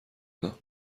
شدم